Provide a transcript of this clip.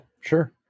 sure